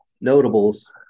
notables